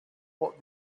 what